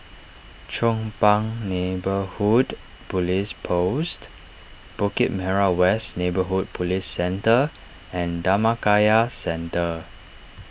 Chong Pang Neighbourhood Police Post Bukit Merah West Neighbourhood Police Centre and Dhammakaya Centre